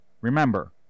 remember